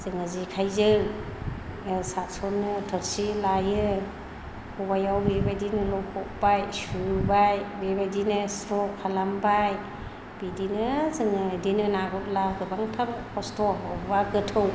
जोङो जेखाइजों सारसननो थोरसि लायो खबाइयाव बेबायदिनो लखबबाय सुबोबाय बेबायदिनो स्र' खालामबाय बिदिनो जोङो इदिनो ना गुरला गोबांथार खस्थ' एबा गोथौ